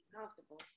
comfortable